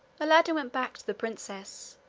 aladdin went back to the princess,